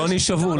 לא נשאבו.